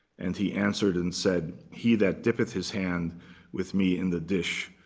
and he answered and said, he that dippeth his hand with me in the dish,